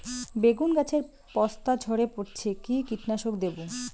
বেগুন গাছের পস্তা ঝরে পড়ছে কি কীটনাশক দেব?